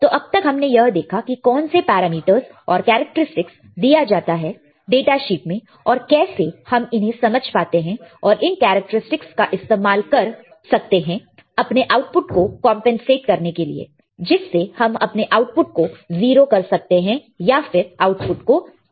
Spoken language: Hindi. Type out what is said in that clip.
तो अब तक हमने यह देखा है कि कौन से पैरामीटर्स और कैरेक्टरस्टिक्स दिया जाता है डाटा शीट में और कैसे हम इन्हें समझ पाते हैं और इन कैरेक्टरस्टिक्स का इस्तेमाल कर सकते हैं अपने आउटपुट को कंपनसेट करने के लिए जिससे हम अपने आउटपुट को 0 कर सकते हैं या फिर आउटपुट को नल कर सकते हैं